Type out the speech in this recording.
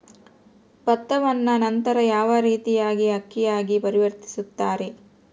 ಭತ್ತವನ್ನ ನಂತರ ಯಾವ ರೇತಿಯಾಗಿ ಅಕ್ಕಿಯಾಗಿ ಪರಿವರ್ತಿಸುತ್ತಾರೆ?